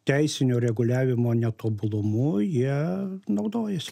teisinio reguliavimo netobulumu jie naudojasi